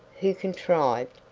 who contrived,